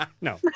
No